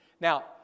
Now